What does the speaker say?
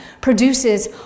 produces